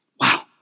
Wow